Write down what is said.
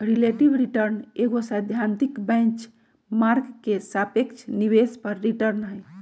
relative return एगो सैद्धांतिक benchmark के सापेक्ष निवेश पर रिटर्न हइ